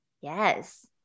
Yes